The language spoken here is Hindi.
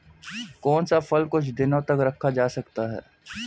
कौन सा फल कुछ दिनों तक रखा जा सकता है?